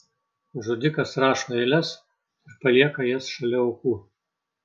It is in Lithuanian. žudikas rašo eiles ir palieka jas šalia aukų